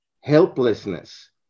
helplessness